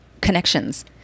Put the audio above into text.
connections